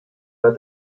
war